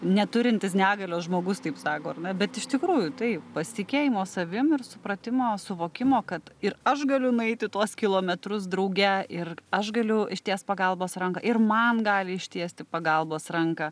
neturintys negalios žmogus taip sako ar ne bet iš tikrųjų tai pasitikėjimo savim ir supratimo suvokimo kad ir aš galiu nueiti tuos kilometrus drauge ir aš galiu ištiest pagalbos ranką ir man gali ištiesti pagalbos ranką